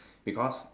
because